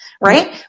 right